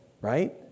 right